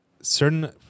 certain